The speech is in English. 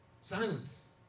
Silence